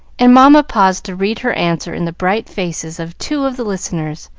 and mamma paused to read her answer in the bright faces of two of the listeners,